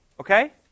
Okay